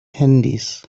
handys